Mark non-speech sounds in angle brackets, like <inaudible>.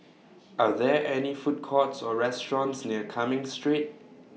<noise> Are There any Food Courts Or restaurants near Cumming Street